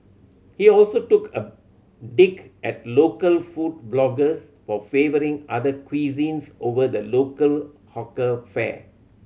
he also took a dig at local food bloggers for favouring other cuisines over the local hawker fare